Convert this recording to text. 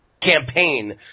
campaign